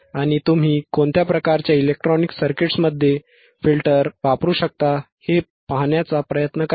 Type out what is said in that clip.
आणि तुम्ही कोणत्या प्रकारच्या इलेक्ट्रॉनिक सर्किट्समध्ये फिल्टर वापरू शकता हे पाहण्याचा प्रयत्न करा